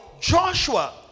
joshua